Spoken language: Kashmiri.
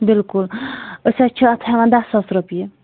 بِلکُل أسۍ حظ چھِ اَتھ ہیٚوان دَہ ساس رۄپیہِ